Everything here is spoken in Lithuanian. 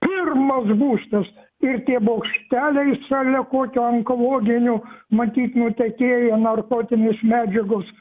pirmas būstas ir tie bokšteliai šalia kokio onkologinių matyt nutekėjo narkotinės medžiagos